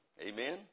amen